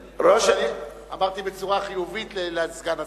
אמרתי בצורה חיובית לסגן השר.